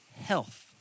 health